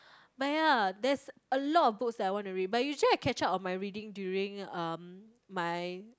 but ya there's a lot of books that I want to read but usually I catch up on my reading during um my